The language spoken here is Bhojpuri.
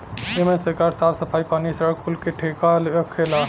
एमन सरकार साफ सफाई, पानी, सड़क कुल के ठेका रखेला